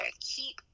Keep